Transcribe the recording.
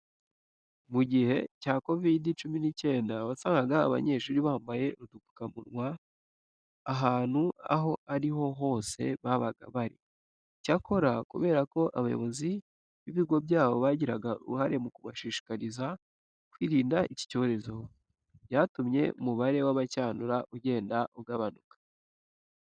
Mu gihe cya Covid cumi n'icyenda wasangaga abanyeshuri bambaye udupfukamunwa ahantu aho ari ho hose babaga bari. Icyakora kubera ko abayobozi b'ibigo byabo bagiraga uruhare mu kubashishikariza kwirinda iki cyorezo, byatumye umubare wabacyandura ugenda ugabanuka.